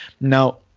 Now